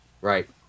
Right